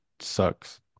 sucks